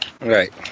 Right